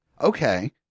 Okay